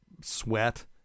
sweat